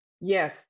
yes